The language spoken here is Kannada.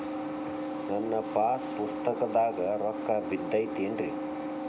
ನನ್ನ ಪಾಸ್ ಪುಸ್ತಕದಾಗ ರೊಕ್ಕ ಬಿದ್ದೈತೇನ್ರಿ?